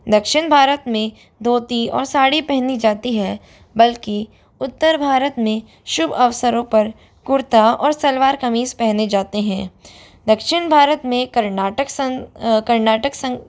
दक्षिन भारत में धोती और साड़ी पहनी जाती है बल्कि उत्तर भारत में शुभ अवसरों पर कुर्ता और सलवार कमीज़ पहने जाते हैं दक्षिन भारत में कर्नाटक संघ कर्नाटक संघ